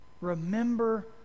Remember